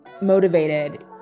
motivated